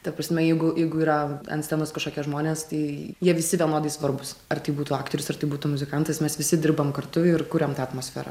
ta prasme jeigu jeigu yra ant scenos kažkokie žmonės tai jie visi vienodai svarbūs ar tai būtų aktorius ar tai būtų muzikantas mes visi dirbam kartu ir kuriam tą atmosferą